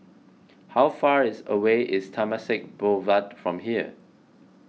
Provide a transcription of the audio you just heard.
how far is away is Temasek Boulevard from here